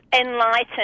enlightened